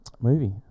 movie